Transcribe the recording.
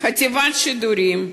חטיבת השידורים,